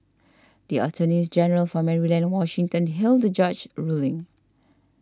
the attorneys general for Maryland and Washington hailed the judge ruling